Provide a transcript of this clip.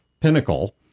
Pinnacle